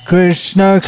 Krishna